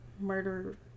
murder